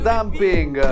Dumping